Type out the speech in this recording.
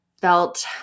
felt